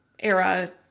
era